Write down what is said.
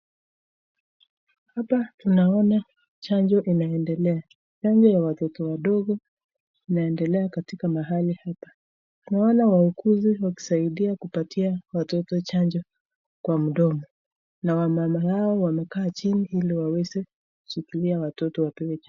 Hapa tunaona chanjo inaendelea, chanjo ya watoto wadogo katika mahali hapa, naona wauguzi wakisadia kupea watoto chanjo kwa mndomo na wamama hawa wamekaa chini hili waweze kutumia watoto wapewe chanjo.